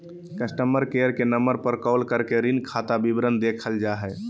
customer care के number पर call करके ऋण खाता विवरण देखल जा हय